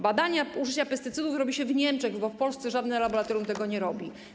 Badania użycia pestycydów wykonuje się w Niemczech, bo w Polsce żadne laboratorium tego nie robi.